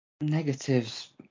Negatives